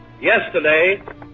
Yesterday